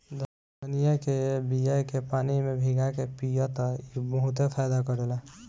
धनिया के बिया के पानी में भीगा के पिय त ई बहुते फायदा करेला